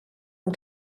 amb